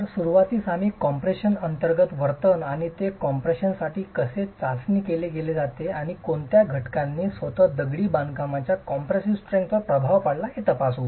तर सुरूवातीस आम्ही कम्प्रेशन अंतर्गत वर्तन आणि ते कम्प्रेशनसाठी कसे चाचणी केले जाते आणि कोणत्या घटकांनी स्वतः दगडी बांधकामाच्या कॉम्प्रेसीव स्ट्रेंग्थ प्रभाव पाडला हे तपासू